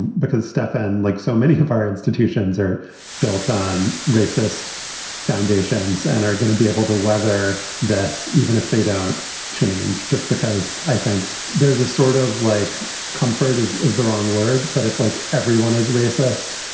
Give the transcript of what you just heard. and because stephon, like so many of our institutions, are built on racist foundations and are going to be able to weather this even if they don't change. just because i think there's a sort of like comfort is is the wrong word. but if, like everyone is racist,